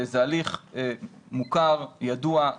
זה הליך מוכר, ידוע.